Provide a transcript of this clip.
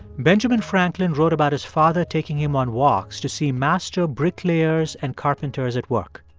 benjamin franklin wrote about his father taking him on walks to see master bricklayers and carpenters at work.